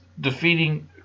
defeating